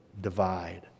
divide